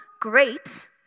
great